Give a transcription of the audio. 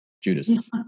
Judas